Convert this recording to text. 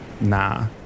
Nah